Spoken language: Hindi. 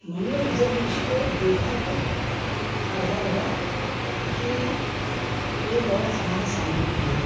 मैंने जब उसको देखा तो ऐसा लगा कि एक औरत हमारे सामने खड़ी है